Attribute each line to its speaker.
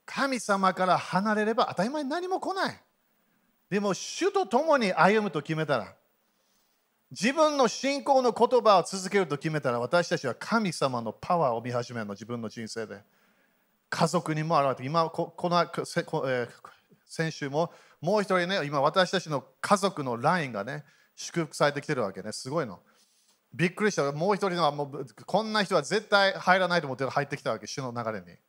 Speaker 1: 神様から離れれば当たり前に何も来ない。でも主と共に歩むと決めたら、自分の信仰の言葉を続けると決めたら、私たちは神様のパワーを見始めるの、自分の人生で。家族にも現れて、今、こ- この- こ- えー、先週も、もう一人ね、今私たちの家族のラインがね、祝福されてきてるわけね。すごいの。びっくりした。もう一人のはもう、こんな人は絶対入らないと思ってる、入ってきたわけ、主の流れに。